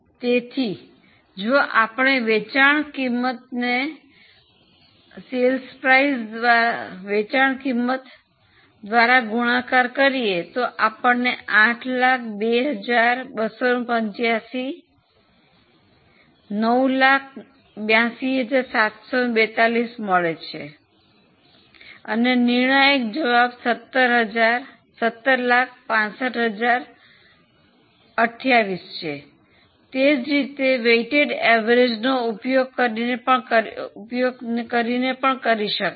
તેથી જો આપણે વેચાણ કિંમત દ્વારા ગુણાકાર કરીએ તો આપણને 802285 982742 મળે છે અને નિર્ણાયક જવાબ 1765028 છે તે જ રીતે વેઇટ એવરેજનો ઉપયોગ કરીને પણ કરી શકાય છે